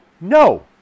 no